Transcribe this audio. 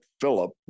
Philip